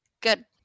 Good